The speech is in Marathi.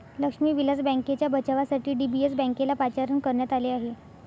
लक्ष्मी विलास बँकेच्या बचावासाठी डी.बी.एस बँकेला पाचारण करण्यात आले आहे